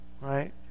Right